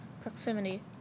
proximity